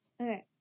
okay